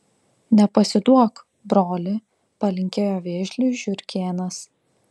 nepasiduok broli palinkėjo vėžliui žiurkėnas